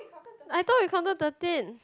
I thought you counted thirteen